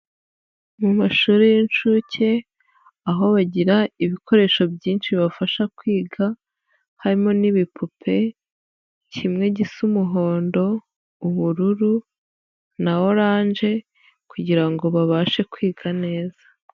Mu mashuri y'inshuke aho bagira ibikoresho byinshi bibafasha kwiga harimo n'ibipupe, kimwe gisa umuhondo, ubururu na oranje kugira ngo babashe kwiga neza.